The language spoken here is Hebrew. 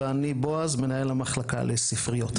ואני, בועז, מנהל המחלקה לספריות.